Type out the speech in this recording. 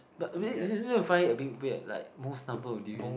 but find a bit bit like most number of durian